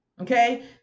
okay